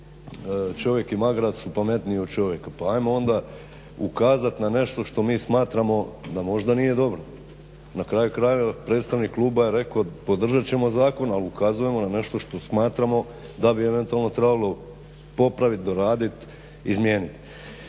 čovjek i magarac su pametniji od čovjeka, pa ajmo onda ukazat na nešto što mi smatramo da možda nije dobro. Na kraju krajeva predstavnik kluba je rekao podržat ćemo zakon ali ukazujemo na nešto što smatramo da bi eventualno trebalo popraviti, doraditi, izmijeniti.